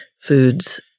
foods